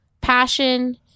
passion